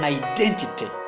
identity